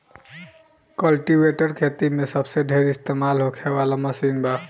cultivator खेती मे सबसे ढेर इस्तमाल होखे वाला मशीन बा